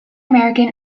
american